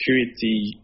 security